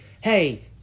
hey